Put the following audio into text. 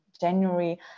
January